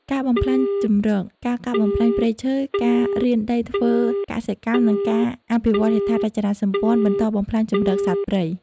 ការបំផ្លាញជម្រក ការកាប់បំផ្លាញព្រៃឈើ ការរានដីធ្វើកសិកម្ម និងការអភិវឌ្ឍន៍ហេដ្ឋារចនាសម្ព័ន្ធបន្តបំផ្លាញជម្រកសត្វព្រៃ។